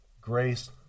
Grace